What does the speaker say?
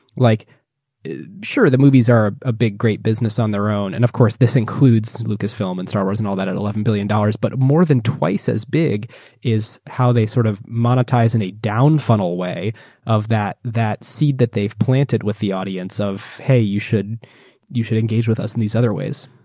like sure the movies are a big great business on their own. and of course, this includes lucasfilm, and star wars, and all that and eleven billion dollars, but more than twice as big is how they sort of monetize in a down funnel way of that that seed that theyaeurve planted with the audience of, aeuroehey, you should you should engage with us in these other ways.